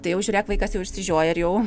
tai jau žiūrėk vaikas jau išsižioja ir jau